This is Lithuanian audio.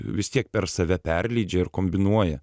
vis tiek per save perleidžia ir kombinuoja